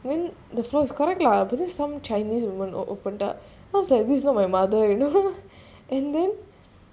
then the floor is correct lah but then some chinese women opened up then I was like this is not my mother you know and then